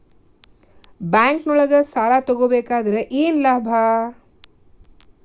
ಬ್ಯಾಂಕ್ನೊಳಗ್ ಸಾಲ ತಗೊಬೇಕಾದ್ರೆ ಏನ್ ಲಾಭ?